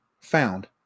found